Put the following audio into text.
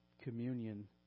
communion